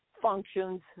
Functions